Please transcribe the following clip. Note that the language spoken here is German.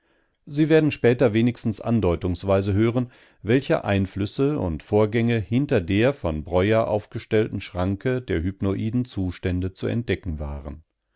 sie werden später wenigstens andeutungsweise hören welche einflüsse und vorgänge hinter der von breuer aufgestellten schranke der hypnoiden zustände zu entdecken waren